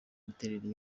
miterere